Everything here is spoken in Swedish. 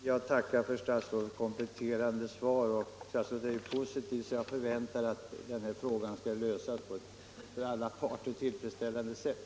Herr talman! Jag tackar för statsrådets kompletterande svar. Statsrådet är ju positiv, så jag förväntar att frågan skall lösas på ett för alla parter tillfredsställande sätt.